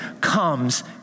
comes